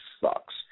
sucks